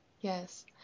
Yes